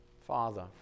Father